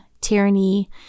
tyranny